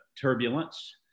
turbulence